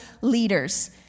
leaders